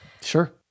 Sure